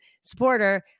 supporter